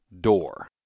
door